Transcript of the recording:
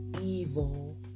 evil